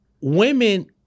women